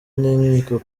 n’inkiko